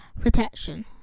protection